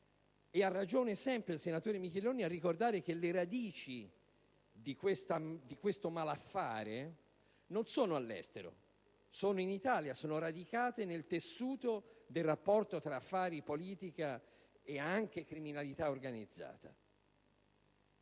Ha ragione, sempre il senatore Micheloni, a ricordare che le radici di questo malaffare non sono all'estero, ma sono in Italia, radicate nel tessuto del rapporto tra affari, politica e anche criminalità organizzata.